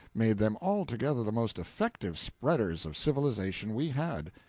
made them altogether the most effective spreaders of civilization we had.